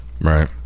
Right